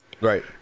Right